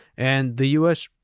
and the us,